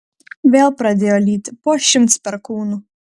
vėl pradėjo lyti po šimts perkūnų